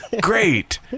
Great